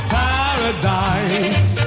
paradise